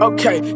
Okay